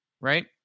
right